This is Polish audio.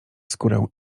skórę